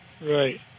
Right